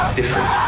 different